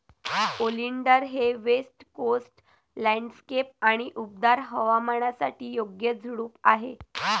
oleander हे west coast landscape आणि उबदार हवामानासाठी योग्य झुडूप आहे